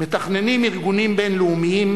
מתכננים ארגונים בין-לאומיים,